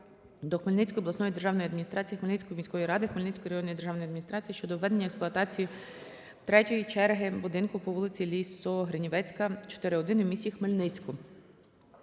до Хмельницької обласної державної адміністрації, Хмельницької міської ради, Хмельницької районної державної адміністрації щодо введення в експлуатацію ІІІ черги будинку по вулиці Лісогринівецька, 4/1 у місті Хмельницьку.